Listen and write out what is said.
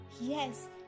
yes